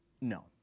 No